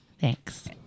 Thanks